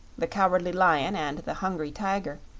the cowardly lion and the hungry tiger,